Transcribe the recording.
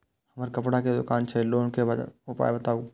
हमर कपड़ा के दुकान छै लोन के उपाय बताबू?